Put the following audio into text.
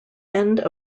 end